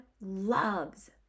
loves